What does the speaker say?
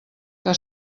que